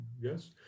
Yes